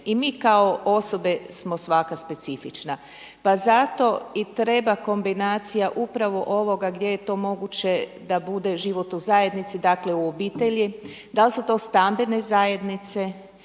I mi kao osobe smo svaka specifična. Pa zato i treba kombinacija upravo ovoga gdje to moguće da bude život u zajednici, dakle u obitelji, da li su to stambene zajednice,